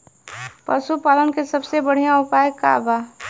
पशु पालन के सबसे बढ़ियां उपाय का बा?